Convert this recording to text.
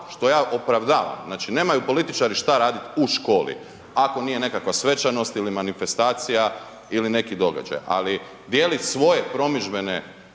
što ja opravdavam, znači nemaju političari šta raditi u školi, ako nije nekakva svečanost ili manifestacija ili neki događaj, ali dijeliti svoje promidžbene